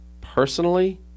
personally